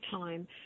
time